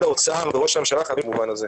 האוצר וראש הממשלה חייבים במובן הזה.